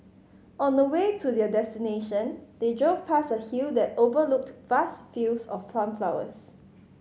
on the way to their destination they drove past a hill that overlooked vast fields of sunflowers